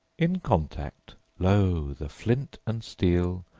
in contact, lo! the flint and steel,